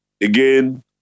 Again